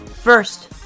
First